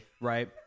right